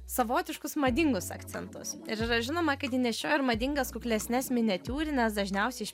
savotiškus madingus akcentus ir yra žinoma kad ji nešiojo ir madingas kuklesnes miniatiūrines dažniausiai iš